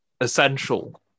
essential